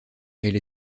elle